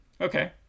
Okay